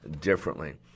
differently